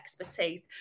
expertise